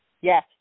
Yes